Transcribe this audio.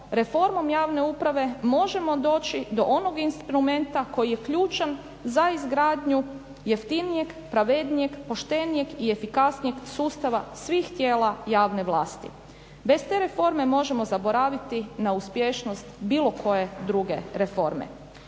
reformom javne uprave možemo doći do onoga instrumenta koji je ključan za izgradnju jeftinijeg, pravednijeg, poštenijeg i efikasnijeg sustava svih tijela javne vlasti. Bez te reforme možemo zaboraviti na uspješnost bilo koje druge reforme